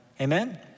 Amen